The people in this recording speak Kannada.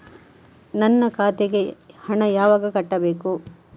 ನನ್ನ ಖಾತೆಗೆ ಹಣ ಯಾವಾಗ ಕಟ್ಟಬೇಕು?